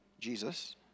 Jesus